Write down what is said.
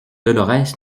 dolorès